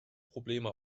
probleme